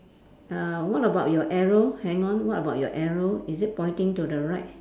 err what about your arrow hang on what about your arrow is it pointing to the right